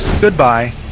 Goodbye